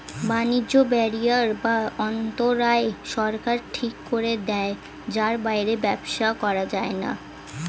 বাণিজ্য ব্যারিয়ার বা অন্তরায় সরকার ঠিক করে দেয় যার বাইরে ব্যবসা করা যায়না